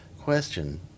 question